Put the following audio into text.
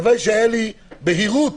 הבהירות